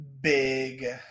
big